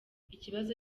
ikibazo